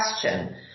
question